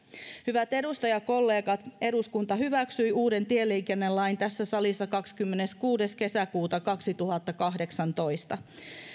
hyvät edustajakollegat eduskunta hyväksyi uuden tieliikennelain tässä salissa kahdeskymmeneskuudes kesäkuuta kaksituhattakahdeksantoista